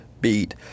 beat